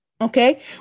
okay